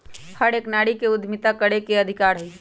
हर एक नारी के उद्यमिता करे के अधिकार हई